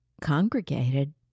congregated